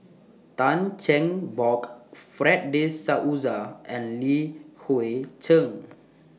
Tan Cheng Bock Fred De Souza and Li Hui Cheng